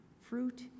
fruit